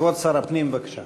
כבוד שר הפנים, בבקשה.